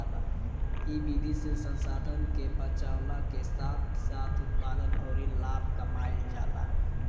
इ विधि से संसाधन के बचावला के साथ साथ उत्पादन अउरी लाभ कमाईल जाला